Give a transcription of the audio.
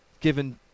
given